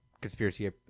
conspiracy